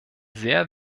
sehr